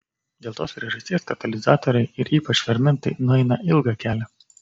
dėl tos priežasties katalizatoriai ir ypač fermentai nueina ilgą kelią